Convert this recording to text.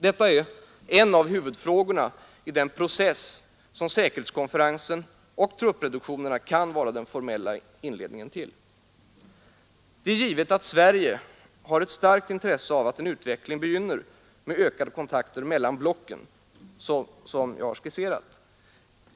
Detta är en av huvudfrågorna i den process som säkerhetskonferensen och truppreduktionerna kan vara den formella inledningen till. Det är givet att Sverige har ett starkt intresse av att en utveckling begynner med ökade kontakter mellan blocken såsom skisserats.